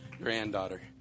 granddaughter